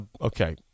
Okay